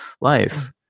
life